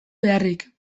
beharrik